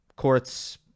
courts